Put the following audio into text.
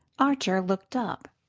archer looked up.